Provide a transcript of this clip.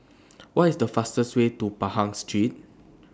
What IS The fastest Way to Pahang Street